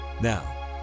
Now